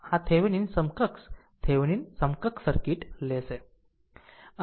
આમ આ થેવેનિન સમકક્ષ થેવેનિન સમકક્ષ સર્કિટ થશે